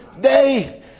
day